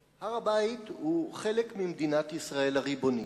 2. הר-הבית הוא חלק ממדינת ישראל הריבונית,